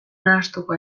nahastuko